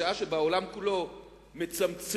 בשעה שבעולם כולו מצמצמים